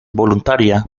voluntaria